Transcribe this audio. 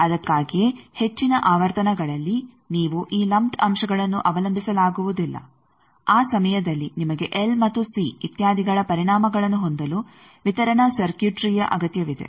ಅದಕ್ಕಾಗಿಯೇ ಹೆಚ್ಚಿನ ಆವರ್ತನಗಳಲ್ಲಿ ನೀವು ಈ ಲಂಪ್ಡ್ ಅಂಶಗಳನ್ನು ಅವಲಂಬಿಸಲಾಗುವುದಿಲ್ಲ ಆ ಸಮಯದಲ್ಲಿ ನಿಮಗೆ ಎಲ್ ಮತ್ತು ಸಿ ಇತ್ಯಾದಿಗಳ ಪರಿಣಾಮಗಳನ್ನು ಹೊಂದಲು ವಿತರಣಾ ಸರ್ಕ್ಯೂಟ್ರಿಯ ಅಗತ್ಯವಿದೆ